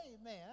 amen